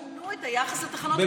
אז אולי תשנו את היחס לטחנות רוח האלה,